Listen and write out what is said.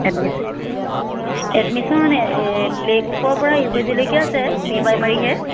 admission play গ্ৰুফৰ পৰা ইউ কেজিলৈকে আছে প্ৰি প্ৰাইমাৰীহে